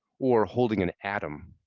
or holding an atom,